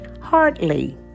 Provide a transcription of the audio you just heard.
Hardly